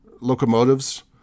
locomotives